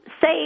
say